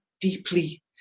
deeply